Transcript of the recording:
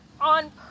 on